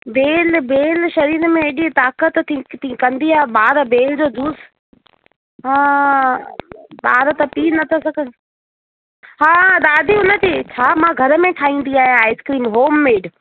बेल बेल शरीर में एॾी ताक़त थी थी कंदी आहे ॿार बेल जो जूस हा ॿार त पी नथा सघनि हा दादी उन ती छा मां घर में ठाहींदी आहियां आइस्क्रीम होम मेड